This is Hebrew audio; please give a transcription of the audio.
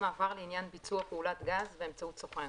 מעבר לעניין ביצוע פעולת גז באמצעות סוכן